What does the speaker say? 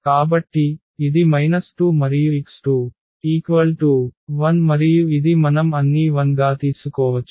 కాబట్టి ఇది 2 మరియు x2 1 మరియు ఇది మనం అన్నీ 0 గా తీసుకోవచ్చు